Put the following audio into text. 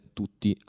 tutti